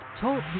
Talk